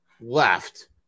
left